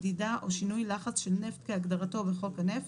מדידה או שינוי לחץ של נפט כהגדרתו בחוק הנפט,